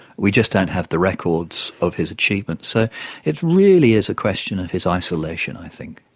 we just don't have the records of his achievements. so it really is a question of his isolation i think.